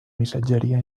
missatgeria